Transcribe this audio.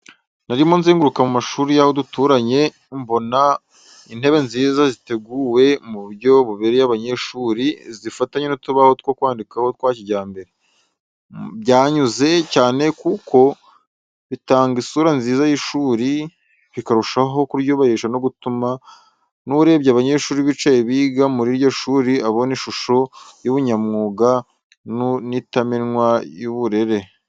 Narimo nzenguruka mu mashuri y’aho duturanye, mbona intebe nziza zateguwe mu buryo bubereye abanyeshuri, zifatanye n’utubaho two kwandikiraho twa kijyambere. Byanyuze cyane kuko bitanga isura nziza y’ishuri, bikarushaho kuryubahisha no gutuma n’urebye abanyeshuri bicaye biga muri iryo shuri abona ishusho y’ubunyamwuga n’itamenwa ry’uburere.